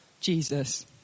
Jesus